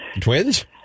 Twins